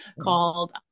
called